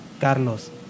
Carlos